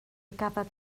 gafodd